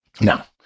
Now